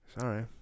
Sorry